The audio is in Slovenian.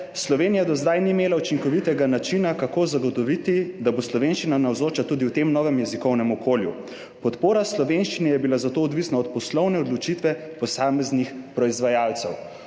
»Slovenija do zdaj ni imela učinkovitega načina, kako zagotoviti, da bo slovenščina navzoča tudi v tem novem jezikovnem okolju. Podpora slovenščine je bila zato odvisna od poslovne odločitve posameznih proizvajalcev.«